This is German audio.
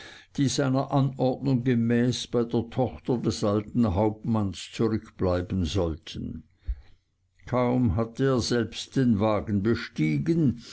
die seiner anordnung gemäß bei der tochter des alten hausmanns zurückbleiben sollten kaum hatte er selbst den wagen bestiegen